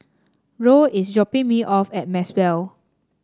Roe is dropping me off at Maxwell